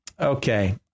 Okay